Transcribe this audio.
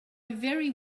very